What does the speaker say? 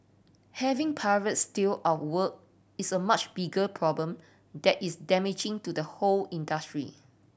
having pirates steal our work is a much bigger problem that is damaging to the whole industry